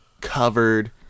covered